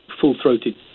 full-throated